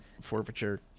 forfeiture